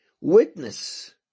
witness